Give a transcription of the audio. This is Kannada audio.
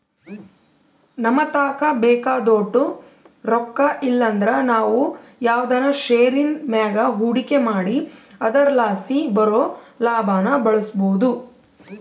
ನಮತಾಕ ಬೇಕಾದೋಟು ರೊಕ್ಕ ಇಲ್ಲಂದ್ರ ನಾವು ಯಾವ್ದನ ಷೇರಿನ್ ಮ್ಯಾಗ ಹೂಡಿಕೆ ಮಾಡಿ ಅದರಲಾಸಿ ಬರೋ ಲಾಭಾನ ಬಳಸ್ಬೋದು